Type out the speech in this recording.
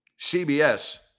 CBS